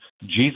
Jesus